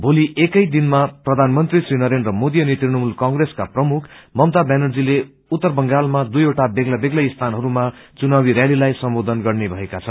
भोली एकैदिनमा प्रधानमन्त्री श्री नरेन्द्र मोदी अनि तृणमूल कंग्रेसका प्रमुख ममता ब्यानर्जीले उत्तर बंगालमा दुइवटा बेग्ला बेग्लै स्थानहरूमा चुनावी रयालीलाई सम्बोधन गर्ने भएका छन्